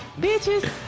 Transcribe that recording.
Bitches